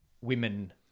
women